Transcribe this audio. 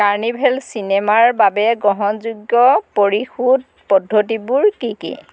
carnival চিনেমাৰ বাবে গ্ৰহণযোগ্য পৰিশোধ পদ্ধতিবোৰ কি কি